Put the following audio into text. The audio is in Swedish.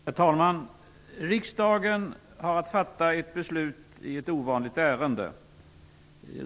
Herr talman! Riksdagen har att fatta ett beslut i ett ovanligt ärende.